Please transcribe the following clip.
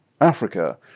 Africa